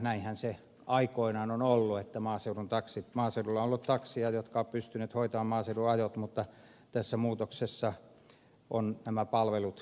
näinhän se aikoinaan on ollut että maaseudulla on ollut takseja jotka ovat pystyneet hoitamaan maaseudun ajot mutta tässä muutoksessa ovat nämä palvelut heikentyneet